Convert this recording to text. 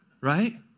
right